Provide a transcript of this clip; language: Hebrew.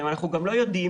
ושנתיים.